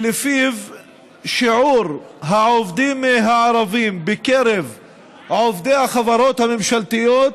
שיעור העובדים הערבים בקרב עובדי החברות הממשלתיות